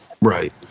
Right